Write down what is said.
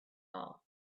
all